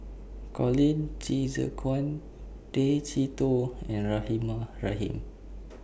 Colin Qi Zhe Quan Tay Chee Toh and Rahimah Rahim